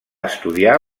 estudiar